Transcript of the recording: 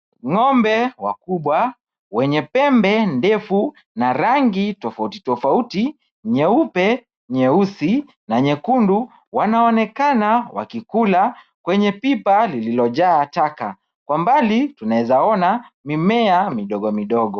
Ng'ombe, wakubwa, wenye pembe ndefu na rangi tofauti tofauti, nyeupe nyeusi na nyekundu wanaonekana wakikula kwenye pipa lililojaa taka. Kwa mbali, tunawezaona mimea midogo midogo.